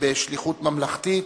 בשליחות ממלכתית.